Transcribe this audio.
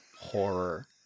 horror